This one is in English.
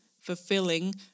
fulfilling